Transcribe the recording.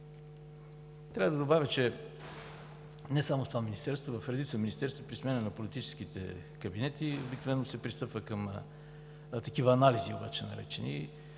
Трябва да добавя, че не само в това Министерство, но в редица министерства при смяна на политическите кабинети обикновено се пристъпва към така наречените